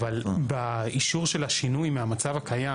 אבל באישור של השינוי מהמצב הקיים,